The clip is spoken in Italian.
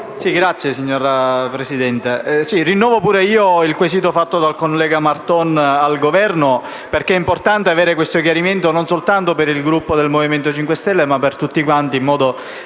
Signora Presidente, rinnovo anch'io il quesito posto dal collega Marton al Governo. È importante avere questo chiarimento, non soltanto per il Gruppo del Movimento 5 Stelle, ma per tutti quanti, in modo